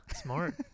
smart